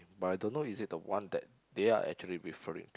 but I don't know is it the one that they are actually referring to